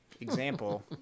example